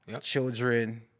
children